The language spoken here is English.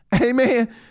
amen